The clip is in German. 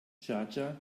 schardscha